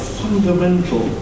fundamental